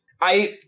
I-